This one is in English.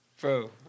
Bro